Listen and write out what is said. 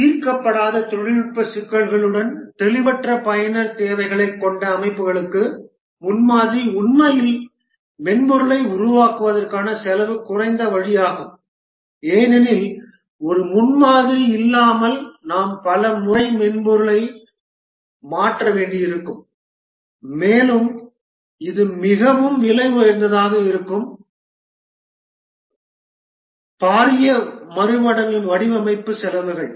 தீர்க்கப்படாத தொழில்நுட்ப சிக்கல்களுடன் தெளிவற்ற பயனர் தேவைகளைக் கொண்ட அமைப்புகளுக்கு முன்மாதிரி உண்மையில் மென்பொருளை உருவாக்குவதற்கான செலவு குறைந்த வழியாகும் ஏனெனில் ஒரு முன்மாதிரி இல்லாமல் நாம் பல முறை மென்பொருளை மாற்ற வேண்டியிருக்கும் மேலும் இது மிகவும் விலை உயர்ந்ததாக இருக்கும் பாரிய மறுவடிவமைப்பு செலவுகள்